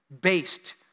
based